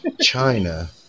China